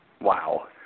Wow